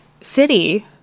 city